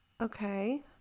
Okay